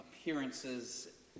appearances